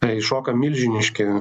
įšoka milžiniški